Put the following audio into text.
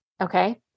Okay